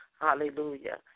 Hallelujah